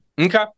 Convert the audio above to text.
Okay